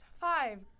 five